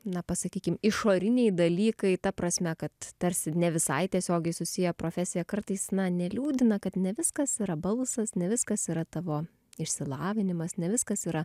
na pasakykime išoriniai dalykai ta prasme kad tarsi ne visai tiesiogiai susiję profesija kartais na neliūdina kad ne viskas yra balsas ne viskas yra tavo išsilavinimas ne viskas yra